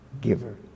giver